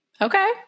Okay